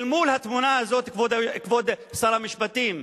אל מול התמונה הזאת, כבוד שר המשפטים,